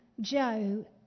Joe